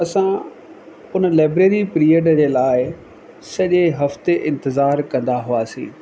असां हुन library period जे लाइ सॼे हफ़्ते इंतिज़ारु कंदा हुआसीं